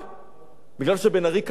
מפני שבן-ארי קרע את הספר?